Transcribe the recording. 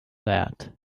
that